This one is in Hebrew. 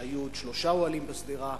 כשהיו שלושה אוהלים בסביבה.